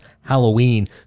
Halloween